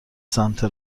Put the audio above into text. سمت